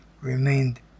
remained